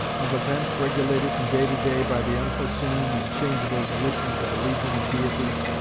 of events regulated from day to day by the unforeseen and changeable volitions of a legion of deities,